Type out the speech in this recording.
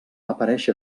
aparèixer